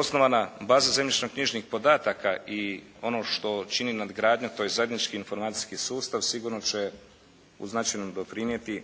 Osnovana baza zemljišno-knjižnih podataka i ono što čini nadgradnju to je zajednički informacijski sustav sigurno će u značajnom doprinijeti